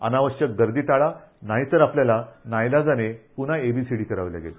अनावश्यक गर्दी टाळा नाहीतर आपल्याला नाईलाजाने पुन्हा ए बी सी डी करावी लागेल